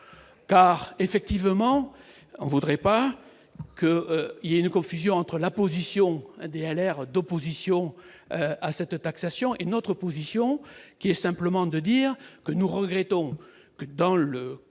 car effectivement on voudrait pas que, il y a une confusion entre la position, NDLR d'opposition à cette taxation et notre position qui est simplement de dire que nous regrettons que dans le cadre